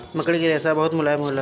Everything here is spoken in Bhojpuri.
मकड़ी के रेशा बड़ा मुलायम होला